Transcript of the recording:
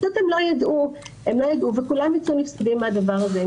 הם לא ידעו וכולם יצאו נפסדים מהדבר הזה.